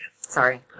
Sorry